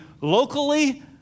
locally